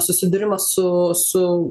susidūrimą su su